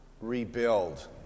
rebuild